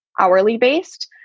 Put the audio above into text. hourly-based